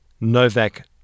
Novak